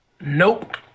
Nope